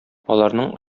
аларның